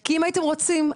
כי אם הייתם רוצים,